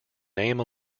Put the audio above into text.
name